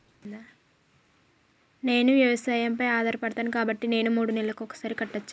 నేను వ్యవసాయం పై ఆధారపడతాను కాబట్టి నేను మూడు నెలలకు ఒక్కసారి కట్టచ్చా?